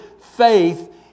faith